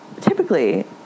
typically